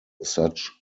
such